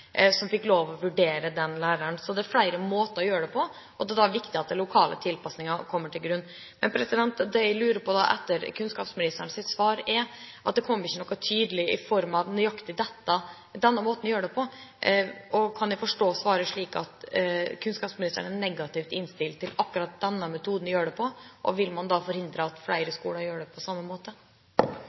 fikk lov til å vurdere den læreren. Så det er flere måter å gjøre det på, og det er da viktig at den lokale tilpasningen legges til grunn. Det jeg lurer på etter kunnskapsministerens svar, er – for det kom ikke tydelig fram at nøyaktig dette er måten å gjøre det på – om jeg kan forstå svaret slik at kunnskapsministeren er negativt innstilt til akkurat denne metoden å gjøre det på. Vil man da forhindre at flere skoler gjør det på samme måte?